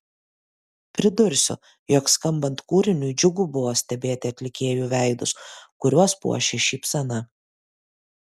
pridursiu jog skambant kūriniui džiugu buvo stebėti atlikėjų veidus kuriuos puošė šypsena